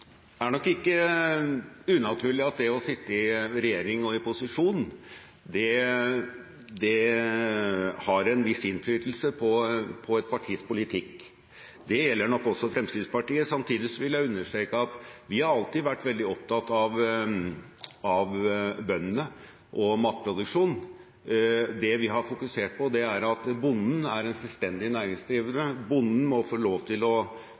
ikke unaturlig at det å sitte i regjering og i posisjon har en viss innflytelse på et partis politikk. Det gjelder nok også Fremskrittspartiet. Samtidig vil jeg understreke at vi alltid har vært veldig opptatt av bøndene og matproduksjon. Det vi har fokusert på, er at bonden er en selvstendig næringsdrivende. Bonden må få lov til å